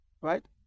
right